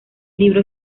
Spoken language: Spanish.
libro